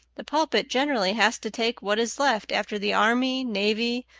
the pulpit generally has to take what is left after the army, navy,